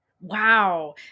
Wow